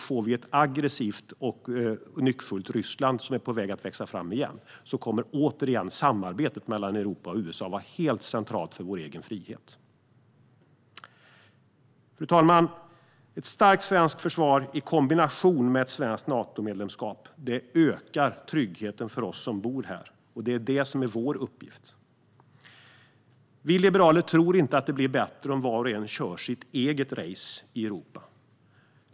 Får vi ett aggressivt och nyckfullt Ryssland som är på väg att växa fram igen kommer återigen samarbetet mellan Europa och USA att vara helt centralt för vår egen frihet. Fru talman! Ett starkt svenskt försvar i kombination med ett svenskt Natomedlemskap ökar tryggheten för oss som bor här. Det är det som är vår uppgift. Vi liberaler tror inte att det blir bättre om var och en kör sitt eget race i Europa.